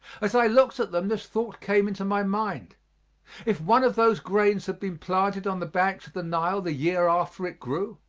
as i looked at them this thought came into my mind if one of those grains had been planted on the banks of the nile the year after it grew,